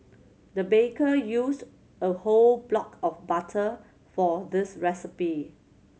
the baker used a whole block of butter for this recipe